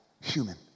Human